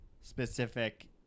specific